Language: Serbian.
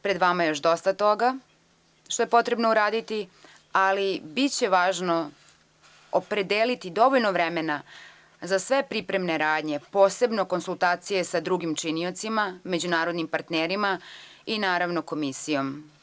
Pred vama je još dosta toga što je potrebno uraditi, ali biće važno opredeliti dovoljno vremena za sve pripremne radnje, posebno konsultacije sa drugim činiocima, međunarodnim partnerima i naravno komisijom.